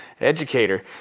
Educator